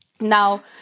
Now